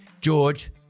George